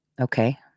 Okay